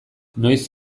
noiz